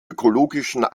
ökologischen